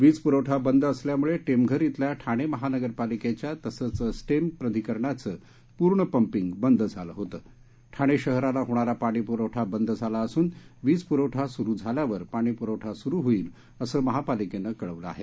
विजपुरवठा बंद असल्यामुळे टेमघर श्विल्या ठाणे महापालिकेच्या तसंच स्टेम प्राधिकरणाचं पूर्ण पंपिंग बंद झालं होतं ठाणे शहराला होणारा पाणीपुरवठा बंद झाला असून वीज पुरवठा सुरू झाल्यावर पाणीपुरवठा सुरू होईल असं महापालिकेनं कळवलं आहे